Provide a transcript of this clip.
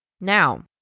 Now